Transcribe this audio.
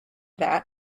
that